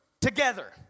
together